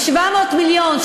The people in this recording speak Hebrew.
מ-700 מיליון,